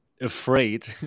afraid